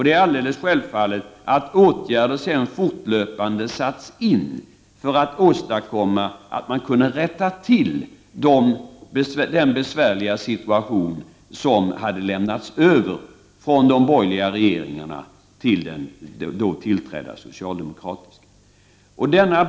Det är alldeles självklart att åtgärder sedan fortlöpande satts in för att rätta till den besvärliga situation som hade lämnats över från den borgerliga regeringen till den då tillträdda socialdemokratiska.